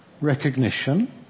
recognition